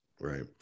right